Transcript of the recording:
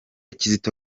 kizito